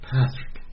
Patrick